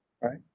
Right